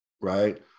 right